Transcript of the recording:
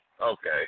okay